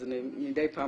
אז אני מדי פעם